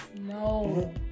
No